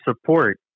support